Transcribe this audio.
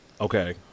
Okay